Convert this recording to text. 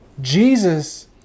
Jesus